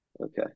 Okay